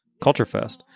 culturefest